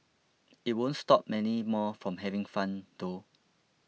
it won't stop many more from having fun though